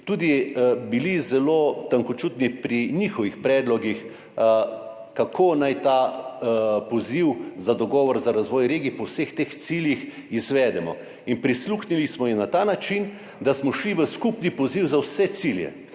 tudi zelo tankočutni pri njihovih predlogih, kako naj ta poziv za dogovor za razvoj regij po vseh teh ciljih izvedemo. Prisluhnili smo jim na ta način, da smo šli v skupni poziv za vse cilje.